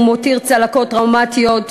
ומותיר צלקות טראומטיות,